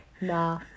Nah